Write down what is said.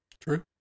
True